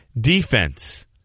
Defense